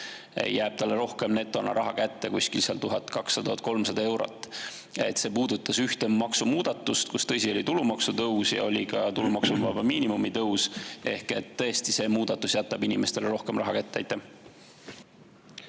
netona rohkem raha kätte kuskil 1200–1300 eurot. See puudutas ühte maksumuudatust, kus, tõsi, oli tulumaksutõus ja oli ka tulumaksuvaba miinimumi tõus. Ehk tõesti see muudatus jätab inimestele rohkem raha kätte.